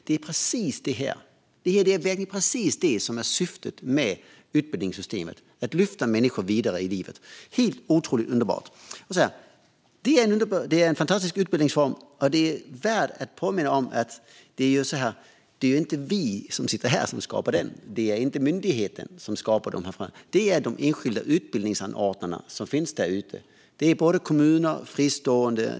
Det är precis det här som är syftet med utbildningssystemet - att lyfta människor vidare i livet. Det är helt otroligt underbart. Det är en fantastisk utbildningsform, men det är värt att påminna om att det inte är vi som sitter här som skapar den. Det är inte myndigheten som skapar det här. Det är de enskilda utbildningsanorordnarna som finns där ute. Det är både kommuner och fristående.